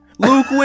Luke